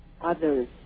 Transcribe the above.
others